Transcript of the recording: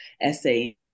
essay